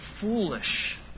foolish